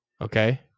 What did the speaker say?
Okay